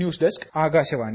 news desk Akashvani